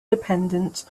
independent